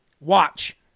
watch